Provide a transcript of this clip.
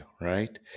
right